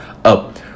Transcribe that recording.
Up